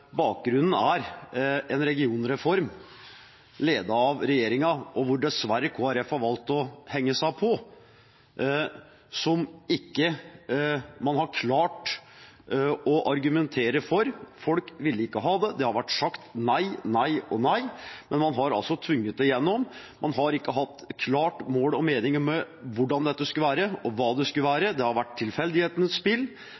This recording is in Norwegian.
Bakgrunnen er en regionreform ledet av regjeringen, der dessverre Kristelig Folkeparti har valgt å henge seg på, men som man ikke har klart å argumentere for. Folk ville ikke ha det – det har vært sagt nei, nei og nei – men man har altså tvunget det gjennom. Man har ikke hatt et klart mål og mening med hvordan dette skulle være, og hva det